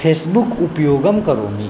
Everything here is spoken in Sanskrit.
फेस्बुक् उपयोगं करोमि